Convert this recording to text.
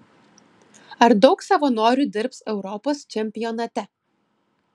ar daug savanorių dirbs europos čempionate